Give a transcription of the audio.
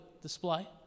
display